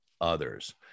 others